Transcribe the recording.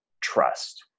trust